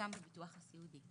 גם בביטוח הסיעודי.